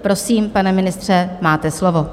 Prosím, pane ministře, máte slovo.